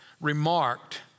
remarked